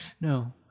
no